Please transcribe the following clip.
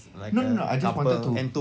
no no no I just wanted to